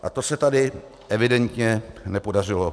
A to se tady evidentně nepodařilo.